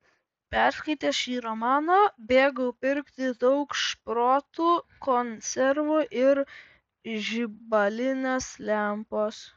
perskaitęs šį romaną bėgau pirkti daug šprotų konservų ir žibalinės lempos